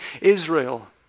Israel